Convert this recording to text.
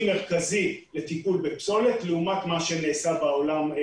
מרכזי לטיפול בפסולת לעומת מה שנעשה בעולם,